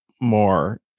more